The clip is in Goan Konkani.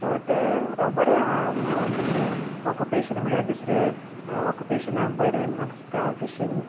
सो तें बोरें आहा फिशींग ऑकुपेशन म्हळ्यार दुसरें ऑकुपेशना बरें म्हाक दिसता फिशींग